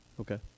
okay